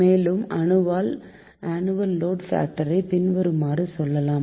மேலும் annual load factor ஐ பின்வருமாறு சொல்லலாம்